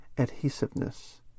Adhesiveness